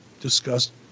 discussed